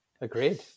agreed